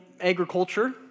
agriculture